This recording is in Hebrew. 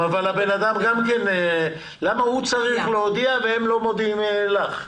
למה האדם צריך להודיע והם לא מודיעים לך ישירות?